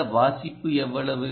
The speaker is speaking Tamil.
அந்த வாசிப்பு எவ்வளவு